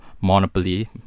Monopoly